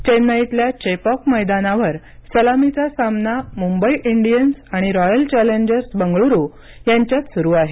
चेन्नईतल्या चेपॉक मैदानावर सलामीचा सामना मुंबई इंडियन्स आणि रॉयल चॅलेंजर्स बंगळूरू यांच्यात सुरु आहे